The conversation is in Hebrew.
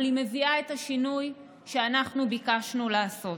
אבל היא מביאה את השינוי שאנחנו ביקשנו לעשות.